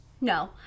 no